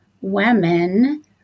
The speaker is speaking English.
women